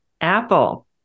Apple